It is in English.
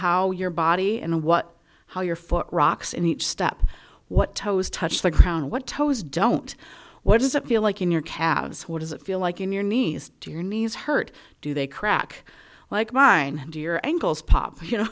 how your body and what how your foot rocks in each step what toes touch the ground what toes don't what does it feel like in your calves what does it feel like in your knees to your knees hurt do they crack like mine do your ankles pop